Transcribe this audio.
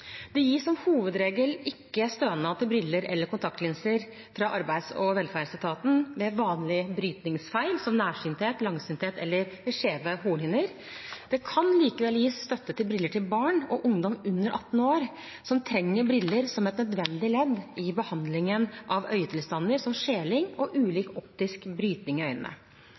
Det gis som hovedregel ikke stønad til briller eller kontaktlinser fra arbeids- og velferdsetaten ved vanlige brytningsfeil, som nærsynthet, langsynthet eller ved skjeve hornhinner. Det kan likevel gis støtte til briller til barn og ungdom under 18 år som trenger briller som et nødvendig ledd i behandlingen av øyetilstander, som skjeling og ulik optisk brytning i øynene.